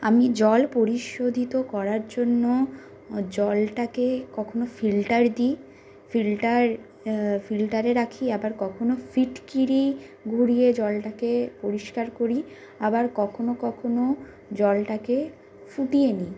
আমি জল পরিশোধিত করার জন্য জলটাকে কখনও ফিল্টার দিই ফিল্টার ফিল্টারে রাখি আবার কখনও ফিটকিরি ঘুরিয়ে জলটাকে পরিষ্কার করি আবার কখনও কখনও জলটাকে ফুটিয়ে নিই